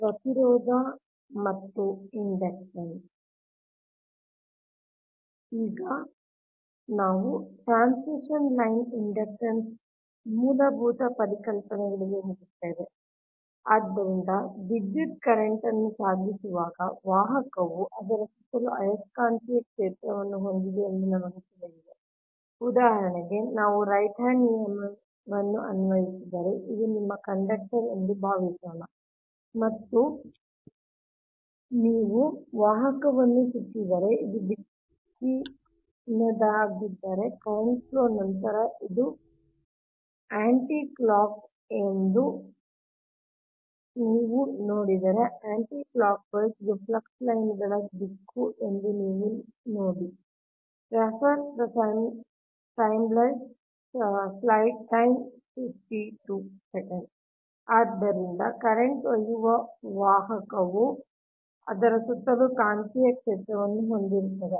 ಪ್ರತಿರೋಧ ಮತ್ತು ಇಂಡಕ್ಟನ್ಸ್ ಆದ್ದರಿಂದ ಈಗ ನಾವು ಟ್ರಾನ್ಸ್ಮಿಷನ್ ಲೈನ್ನ ಇಂಡಕ್ಟನ್ಸ ಮೂಲಭೂತ ಪರಿಕಲ್ಪನೆಗಳಿಗೆ ಹೋಗುತ್ತೇವೆ ಆದ್ದರಿಂದ ವಿದ್ಯುತ್ ಕರೆಂಟ್ ನ್ನು ಸಾಗಿಸುವಾಗ ವಾಹಕವು ಅದರ ಸುತ್ತಲೂ ಆಯಸ್ಕಾಂತೀಯ ಕ್ಷೇತ್ರವನ್ನು ಹೊಂದಿದೆ ಎಂದು ನಮಗೆ ತಿಳಿದಿದೆ ಉದಾಹರಣೆಗೆ ನಾವು ರೈಟ್ ಹ್ಯಾಂಡ್ ನಿಯಮವನ್ನು ಅನ್ವಯಿಸಿದರೆ ಇದು ನಿಮ್ಮ ಕಂಡಕ್ಟರ್ ಎಂದು ಭಾವಿಸೋಣ ಮತ್ತು ನೀವು ವಾಹಕವನ್ನು ಸುತ್ತಿದರೆ ಇದು ದಿಕ್ಕಿನದ್ದಾಗಿದ್ದರೆ ಕರೆಂಟ್ ಫ್ಲೋ ನಂತರ ಇದು ಆಂಟಿ ಕ್ಲಾಕ್ ಎಂದು ನೀವು ನೋಡಿದರೆ ಆಂಟಿಕ್ಲಾಕ್ವೈಸ್ ಇದು ಫ್ಲಕ್ಸ್ ಲೈನ್ಗಳ ದಿಕ್ಕು ಎಂದು ನೀವು ನೋಡಿಸಮಯವನ್ನು ನೋಡಿ 0052 ಆದ್ದರಿಂದ ಕರೆಂಟ್ ಒಯ್ಯುವ ವಾಹಕವು ಅದರ ಸುತ್ತಲೂ ಕಾಂತೀಯ ಕ್ಷೇತ್ರವನ್ನು ಹೊಂದಿರುತ್ತದೆ